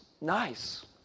nice